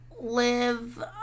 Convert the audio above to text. Live